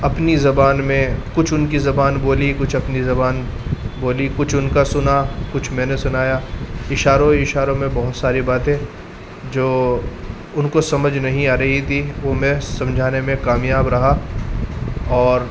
اپنی زبان میں کچھ ان کی زبان بولی کچھ اپنی زبان بولی کچھ ان کا سنا کچھ میں نے سنایا اشاروں اشاروں میں بہت ساری باتیں جو ان کو سمجھ نہیں آ رہی تھی وہ میں سمجھانے میں کامیاب رہا اور